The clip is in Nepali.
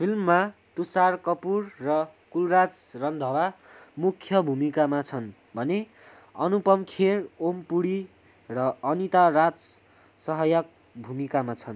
फिल्ममा तुसार कपुर र कुलराज रन्धावा मुख्य भूमिकामा छन् भने अनुपम खेर ओम पुरी र अनिता राज सहायक भूमिकामा छन्